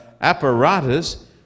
apparatus